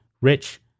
Rich